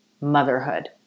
motherhood